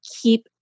keep